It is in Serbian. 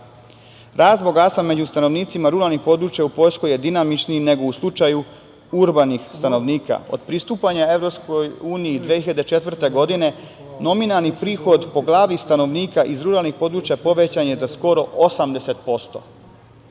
Rast bogatstva među stanovnicima ruralnog područja u Poljskoj je dinamičniji nego u slučaju urbanih stanovnika. Od pristupanja EU 2004. godine nominalni prihod po glavi stanovnika iz ruralnih područja povećan je za skoro 80%.